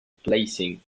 placing